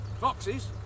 Foxes